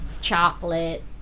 Chocolate